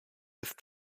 ist